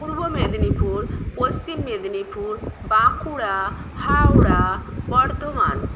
পূর্ব মেদিনীপুর পশ্চিম মেদিনীপুর বাঁকুড়া হাওড়া বর্ধমান